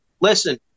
Listen